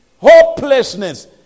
hopelessness